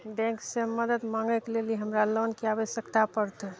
बैंकसँ मदद माँगयके लेली हमरा लोनके आवश्यकता पड़तय